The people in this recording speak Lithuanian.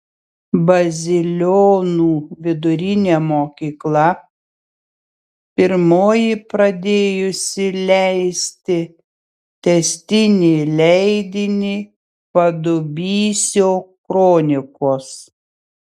bazilionų vidurinė mokykla pirmoji pradėjusi leisti tęstinį leidinį padubysio kronikos